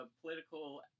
political